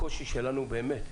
הקושי שלנו באמת,